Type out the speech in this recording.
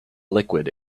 liquid